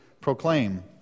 proclaim